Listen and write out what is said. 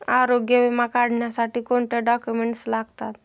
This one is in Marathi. आरोग्य विमा काढण्यासाठी कोणते डॉक्युमेंट्स लागतात?